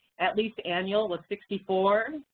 at least annual was sixty four,